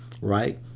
right